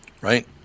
right